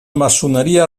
maçoneria